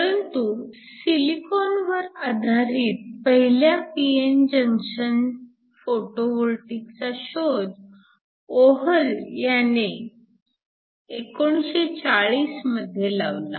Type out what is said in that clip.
परंतु सिलिकॉन वर आधारित पहिल्या p n जंक्शन फोटोवोल्टीकचा शोध ओहल ह्यांनी 1940 मध्ये लावला